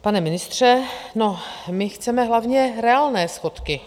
Pane ministře, no, my chceme hlavně reálné schodky.